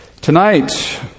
Tonight